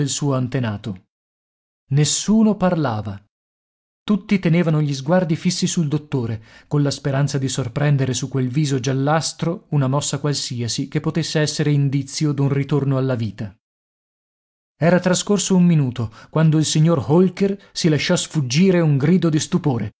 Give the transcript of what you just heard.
del suo antenato nessuno parlava tutti tenevano gli sguardi fissi sul dottore colla speranza di sorprendere su quel viso giallastro una mossa qualsiasi che potesse essere indizio d'un ritorno alla vita era trascorso un minuto quando il signor holker si lasciò sfuggire un grido di stupore